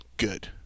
Good